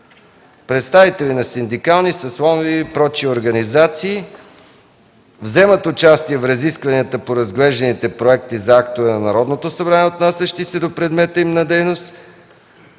Представители на синдикални, съсловни и” прочее организации „вземат участие в разисквания по разглежданите проекти за актове на Народното събрание, отнасящи се до предмета им на дейност”